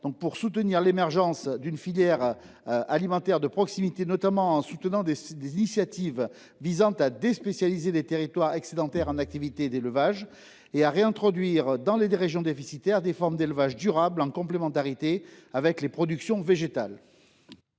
favoriser l’émergence de filières alimentaires de proximité, notamment en soutenant les initiatives pour déspécialiser les territoires excédentaires dans les activités d’élevage, et à réintroduire, dans les régions déficitaires, des formes d’élevage durables en complémentarité avec les productions végétales.